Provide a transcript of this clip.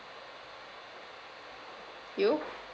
you